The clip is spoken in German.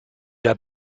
der